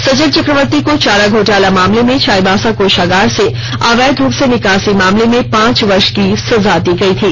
सजल चक्रवर्ती को चारा घोटाला मामले में चाईबासा कोषागार से अवैध रूप से निकासी मामले में पांच वर्ष की सजा दी गई थी